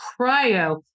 cryo